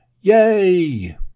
Yay